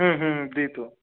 হুম হুম দিই তো